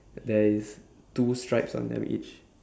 there is two stripes on them each